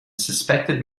suspected